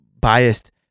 biased